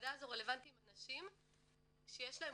שהוועדה הזו רלבנטית עם אנשים שיש להם